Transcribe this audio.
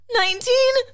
nineteen